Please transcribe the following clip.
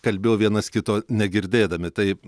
kalbėjo vienas kito negirdėdami taip